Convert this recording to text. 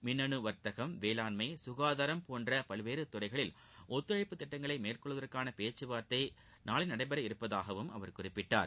மின்னனு வர்த்தகம் வேளாண்மை சுகாதாரம் போன்ற பல்வேறு துறைகளில் ஒத்துழைப்பு திட்டங்களை மேற்கொள்வதற்கான பேச்சுவார்த்தை நாளை நடைபெறவுள்ளதாகவும் அவர் குறிப்பிட்டார்